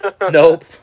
Nope